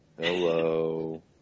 Hello